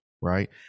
Right